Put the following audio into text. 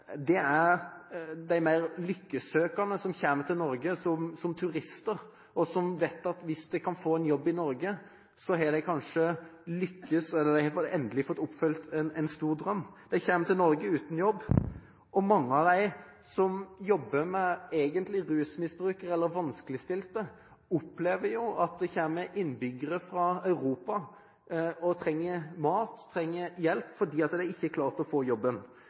er viktig, er de mer lykkesøkende, som kommer til Norge som turister, og som vet at hvis de kan få en jobb i Norge, har de kanskje endelig fått oppfylt en stor drøm. De kommer til Norge uten jobb, og mange av dem som jobber med rusmisbrukere og vanskeligstilte, opplever at det kommer innbyggere fra Europa som trenger mat, trenger hjelp, fordi de ikke har klart å få